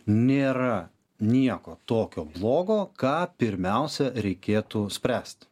nėra nieko tokio blogo ką pirmiausia reikėtų spręst